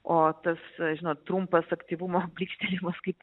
o tas žinot trumpas aktyvumo blykstelėjimas kaip